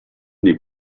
n’est